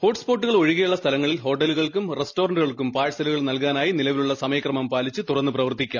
ഹോട്ട്സ്പോട്ടുകൾ ഒഴികെയുള്ള സ്ഥലങ്ങളിൽ ഹോട്ടലുകൾക്കും റസ്റ്റോറൻുകൾക്കും പാഴ്സലുകൾ നൽകാനായി നിലവിലുള്ള സമയക്രമം പാലിച്ച് തുറന്നു പ്രവർത്തിക്കാം